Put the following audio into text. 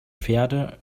pferde